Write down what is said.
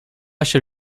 chez